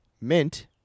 mint